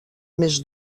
més